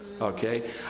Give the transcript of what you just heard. okay